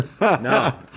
No